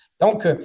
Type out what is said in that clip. Donc